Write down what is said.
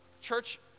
church